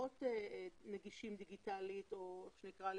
והפחות נגישים דיגיטלית, או איך שנקרא לזה,